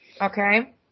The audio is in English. Okay